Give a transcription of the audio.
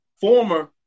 former